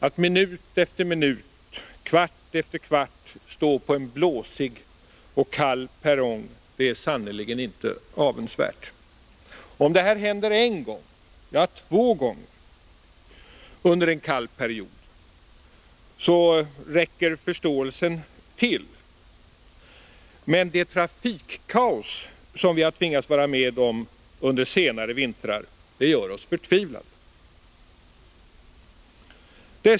Att minut efter minut, kvart efter kvart stå på en blåsig och kall perrong är sannerligen inte något avundsvärt. Om det här händer en gång — ja, två gånger — under en kall period, räcker förståelsen till. Men det trafikkaos som vi har tvingats vara med om under senare vintrar gör oss förtvivlade.